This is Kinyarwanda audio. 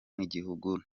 nk’igihugu